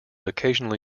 occasionally